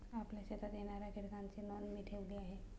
आपल्या शेतात येणाऱ्या कीटकांची नोंद मी ठेवली आहे